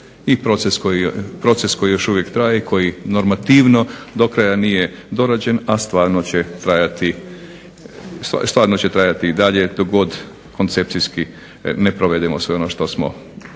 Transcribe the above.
i proces koji još uvijek traje i koji normativno do kraja nije dorađen, a stvarno će trajati i dalje dok koncepcijski ne provedemo sve ono što smo